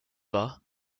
wahr